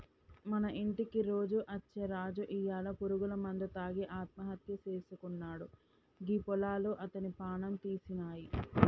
మన ఇంటికి రోజు అచ్చే రాజు ఇయ్యాల పురుగుల మందు తాగి ఆత్మహత్య సేసుకున్నాడు గీ పొలాలు అతని ప్రాణం తీసినాయి